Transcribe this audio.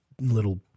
little